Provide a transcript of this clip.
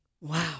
Wow